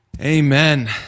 Amen